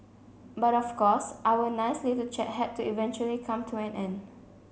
but of course our nice little chat had to eventually come to an end